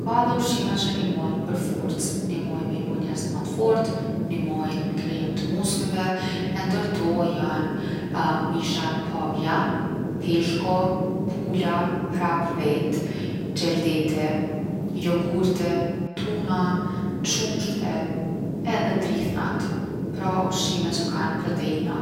Ka edhe ushqime që nimojn’ për forcë, nimojn’ me i bo njerzt ma t’fort’, nimojn’ n’krijim t’muskujve e ndër to jon mishat pa vjam. Peshku, pula, prap vetë, gjeldeti, jogurti, tuna, qumshti edhe drithnat. Pra ushqime që kan proteina.